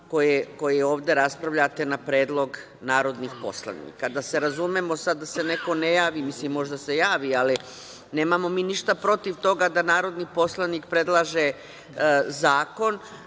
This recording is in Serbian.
koje ovde raspravljate na predlog narodnih poslanika. Da se razumemo, sada da se neko ne javi, možda se javi, ali nemamo mi ništa protiv toga da narodni poslanik predlaže zakon.